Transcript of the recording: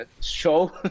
show